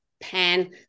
pen